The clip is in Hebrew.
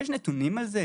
יש נתונים על זה?